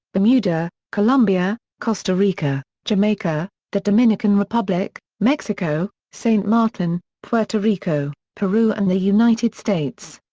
bermuda, colombia, costa rica, jamaica, the dominican republic, mexico, saint maarten, puerto rico, peru and the united states.